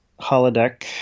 holodeck